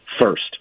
first